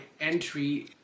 entry